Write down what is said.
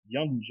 Young